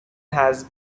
has